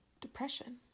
depression